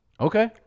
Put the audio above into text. Okay